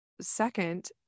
second